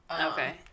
Okay